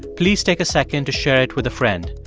please take a second to share it with a friend.